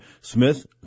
Smith